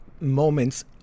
moments